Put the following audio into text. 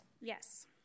Yes